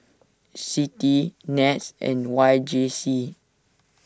Citi Nets and Y J C